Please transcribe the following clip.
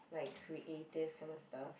like creative kind of stuff